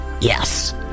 Yes